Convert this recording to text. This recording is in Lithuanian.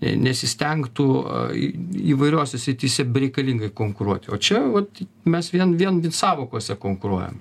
nesistengtų įvairiose srityse bereikalingai konkuruoti o čia vat mes vien vien sąvokose konkuruojam